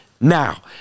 Now